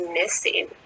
missing